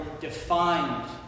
defined